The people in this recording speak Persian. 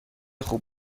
خوب